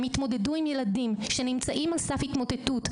יתמודדו עם ילדים שנמצאים על סף התמוטטות,